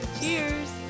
Cheers